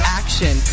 action